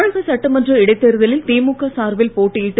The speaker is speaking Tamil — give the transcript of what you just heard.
தமிழக சட்டமன்ற இடைத்தேர்தலில் திமுக சார்பில் போட்டியிட்டு